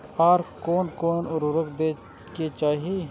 आर कोन कोन उर्वरक दै के चाही?